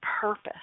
purpose